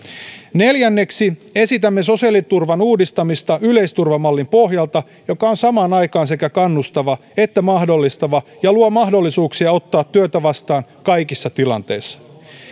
neljänneksi esitämme sosiaaliturvan uudistamista yleisturvamallin pohjalta joka on samaan aikaan sekä kannustava että mahdollistava ja luo mahdollisuuksia ottaa työtä vastaan kaikissa tilanteissa